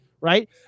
right